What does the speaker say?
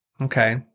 Okay